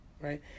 right